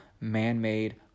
man-made